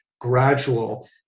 gradual